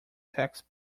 tax